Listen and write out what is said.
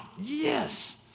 yes